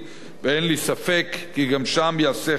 ואין לי ספק כי גם שם יעשה חיל,